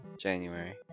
January